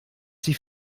die